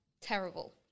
terrible